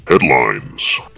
Headlines